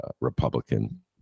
Republican